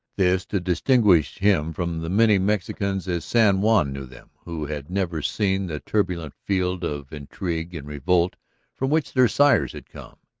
this to distinguish him from the many mexicans, as san juan knew them, who had never seen that turbulent field of intrigue and revolt from which their sires had come.